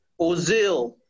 Ozil